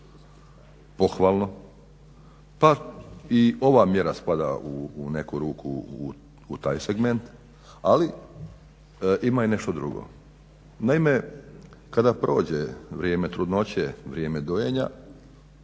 pohvalno pa i ova mjera spada u neku ruku u taj segment ali ima i nešto drugo. Naime, kada prođe vrijeme trudnoće, vrijeme dojenja